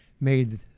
made